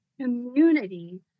community